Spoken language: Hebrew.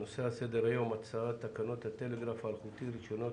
על סדר היום הצעת תקנות הטלגרף האלחוטי (רישיונות,